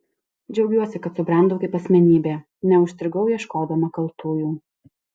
džiaugiuosi kad subrendau kaip asmenybė neužstrigau ieškodama kaltųjų